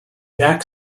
back